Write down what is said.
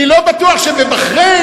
אני לא בטוח שבבחריין,